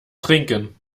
trinken